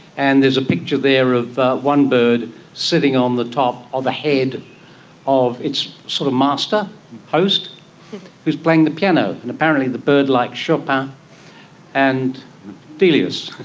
and there's a picture there of one bird sitting on the top of a head of its sort of master, a host who is playing the piano. and apparently the bird likes chopin and delius.